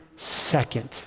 Second